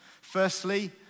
Firstly